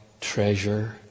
treasure